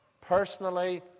personally